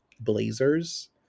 Blazers